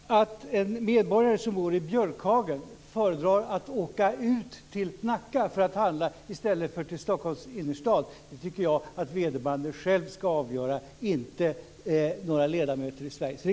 Fru talman! Om en medborgare som bor i Björkhagen föredrar att åka ut till Nacka för att handla i stället för till Stockholms innerstad tycker jag att vederbörande själv ska avgöra, inte några ledamöter i